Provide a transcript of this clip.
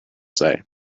say